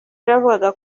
yaravugaga